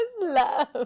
love